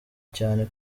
cyane